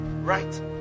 Right